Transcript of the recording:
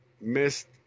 missed